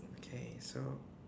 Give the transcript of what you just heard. okay so